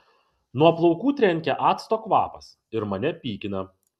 nuo plaukų trenkia acto kvapas ir mane pykina